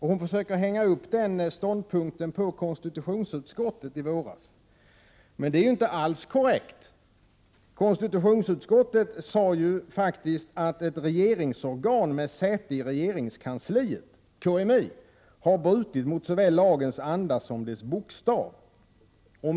Hon försöker hänga upp den ståndpunkten på vad konstitutionsutskottet sade i våras. Men det är inte alls korrekt att göra på det viset. Konstitutionsutskottet sade ju faktiskt att ett regeringsorgan med säte i regeringskansliet, KMI, har brutit såväl mot lagens anda som mot dess bokstav.